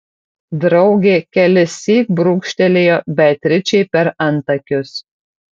draugė kelissyk brūkštelėjo beatričei per antakius